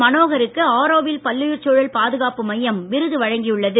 மனோகருக்கு ஆரோவில் பல்லுயிர்ச் சூழல் பாதுகாப்பு மையம் விருது வழங்கியுள்ளது